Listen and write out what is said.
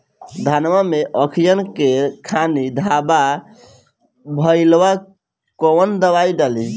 धनवा मै अखियन के खानि धबा भयीलबा कौन दवाई डाले?